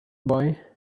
boy